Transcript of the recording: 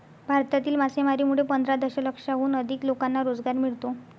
भारतातील मासेमारीमुळे पंधरा दशलक्षाहून अधिक लोकांना रोजगार मिळतो